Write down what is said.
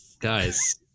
Guys